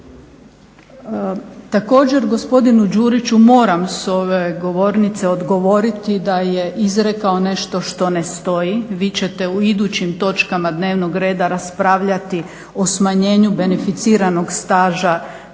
Također gospodinu Đuriću moram s ove govornice odgovoriti da je izrekao nešto što ne stoji. Vi ćete u idućim točkama dnevnog reda raspravljati o smanjenju beneficiranog staža